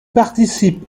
participe